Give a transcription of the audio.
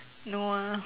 no ah